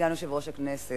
וסגן יושב-ראש הכנסת